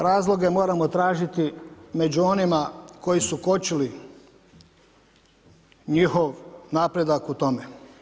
Razloge moramo tražiti među onima koji su kočili njihov napredak u tome.